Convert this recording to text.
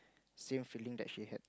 same feeling that she had